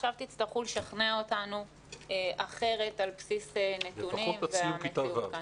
עכשיו תצטרכו לשכנע אותנו אחרת על בסיס נתונים והמציאות כאן.